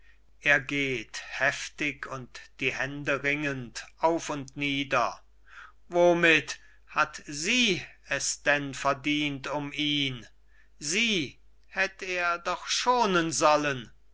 er geht heftig die hände ringend auf und nieder womit hat sie es denn verdient um ihn sie hätt er doch schonen sollen